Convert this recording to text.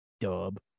dub